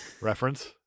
Reference